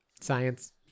science